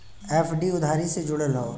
FD उधारी से जुड़ल हौ